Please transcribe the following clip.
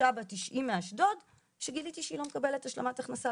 קשישה בת תשעים מאשדוד שגיליתי שהיא לא מקבלת השלמת הכנסה,